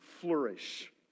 flourish